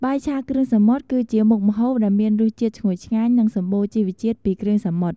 បាយឆាគ្រឿងសមុទ្រ គឺជាមុខម្ហូបដែលមានរសជាតិឈ្ងុយឆ្ងាញ់ និងសម្បូរជីវជាតិពីគ្រឿងសមុទ្រ។